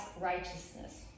righteousness